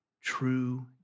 true